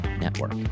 Network